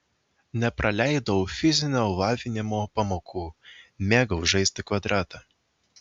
nepraleidau fizinio lavinimo pamokų mėgau žaisti kvadratą